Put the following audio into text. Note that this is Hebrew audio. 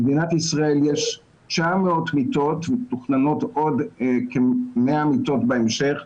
במדינת ישראל יש 900 מיטות ומתוכננות עוד כ-100 מיטות בהמשך,